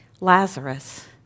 Lazarus